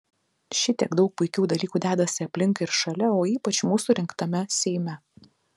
šitiek daug puikių dalykų dedasi aplink ir šalia o ypač mūsų rinktame seime